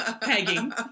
pegging